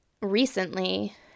recently